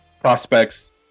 prospects